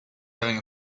having